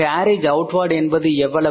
carriage outward என்பது எவ்வளவு